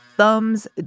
Thumbs